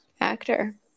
actor